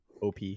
OP